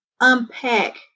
unpack